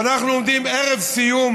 כשאנחנו עומדים ערב סיום